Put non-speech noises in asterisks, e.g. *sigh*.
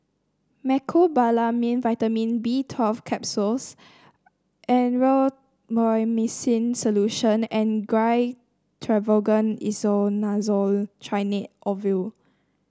Mecobalamin Vitamin B Twelve Capsules Erythroymycin Solution and Gyno Travogen Isoconazole *unintelligible* Ovule